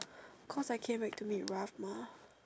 cause I came back to meet Ralph mah